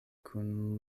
kun